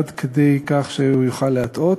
עד כדי כך שהוא יוכל להטעות,